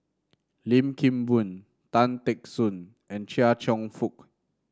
Lim Kim Boon Tan Teck Soon and Chia Cheong Fook